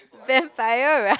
vampire right